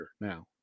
Now